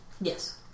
Yes